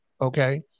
Okay